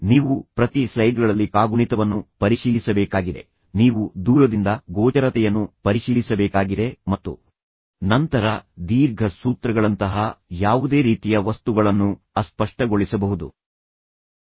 ನೀವು ಪ್ರತಿ ಸ್ಲೈಡ್ಗಳಲ್ಲಿ ಕಾಗುಣಿತವನ್ನು ಪರಿಶೀಲಿಸಬೇಕಾಗಿದೆ ನೀವು ದೂರದಿಂದ ಗೋಚರತೆಯನ್ನು ಪರಿಶೀಲಿಸಬೇಕಾಗಿದೆ ಮತ್ತು ನಂತರ ದೀರ್ಘ ಸೂತ್ರಗಳಂತಹ ಯಾವುದೇ ರೀತಿಯ ವಸ್ತುಗಳನ್ನು ಅಸ್ಪಷ್ಟಗೊಳಿಸಬಹುದು